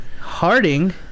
Harding